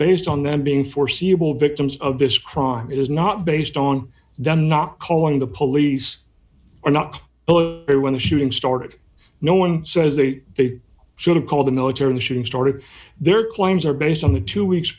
based on them being foreseeable victims of this crime it is not based on them not calling the police are not there when the shooting started no one says that they should have called the military the shooting started their claims are based on the two weeks